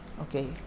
okay